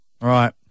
Right